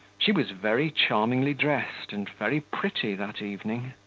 she was very charmingly dressed and very pretty that evening.